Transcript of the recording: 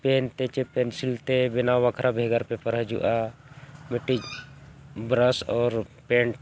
PAN ᱛᱮ ᱥᱮ pencil ᱛᱮ ᱵᱮᱱᱟᱣ ᱵᱟᱠᱷᱨᱟ ᱵᱷᱮᱜᱟᱨ ᱯᱮᱯᱟᱨ ᱦᱤᱡᱩᱜᱼᱟ ᱢᱤᱫᱴᱤᱡ ᱵᱨᱟᱥ ᱟᱨ ᱯᱮᱱᱴ